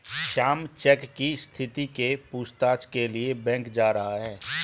Shyam cheque की स्थिति के पूछताछ के लिए बैंक जा रहा है